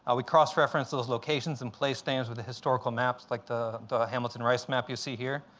ah we cross-referenced those locations and placed names with the historical maps, like the the hamilton rice map you see here.